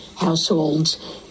households